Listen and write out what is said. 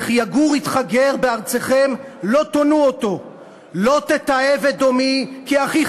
"וכי יגור אתך גר בארצכם לא תונו אֹתו"; "לא תתעב אדֹמי כי אחיך